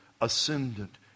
ascendant